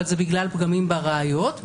אבל זה פגמים בראיות,